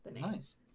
Nice